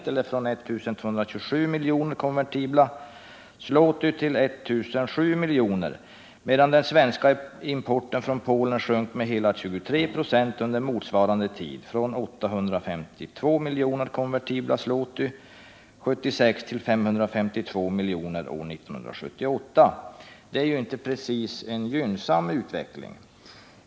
eller från I 227 miljoner konvertibla zloty till 1 007 miljoner, medan den svenska importen från Polen sjönk med hela 23 ”. under motsvarande tid, från 852 miljoner konvertibla zloty 1976 till 552 miljoner år 1978. Dewa är inte precis en gynnsam utveckling.